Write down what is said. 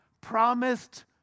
promised